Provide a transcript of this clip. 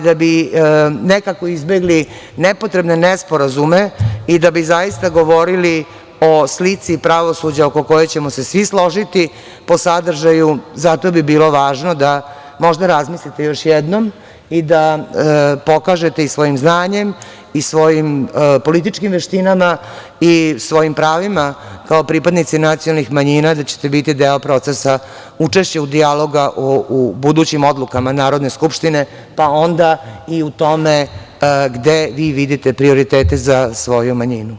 Da bi nekako izbegli nepotrebne nesporazume i da bi zaista govorili o slici pravosuđa oko koje ćemo se svi složiti, po sadržaju, zato bi bilo važno da možda razmislite još jednom i da pokažete i svojim znanjem i svojim političkim veštinama i svojim pravima kao pripadnici nacionalnih manjina, da ćete biti deo procesa učešća u dijalogu u budućim odlukama Narodne skupštine, pa onda i u tome gde vi vidite prioritete za svoju manjinu.